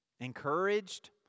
Encouraged